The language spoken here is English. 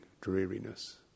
dreariness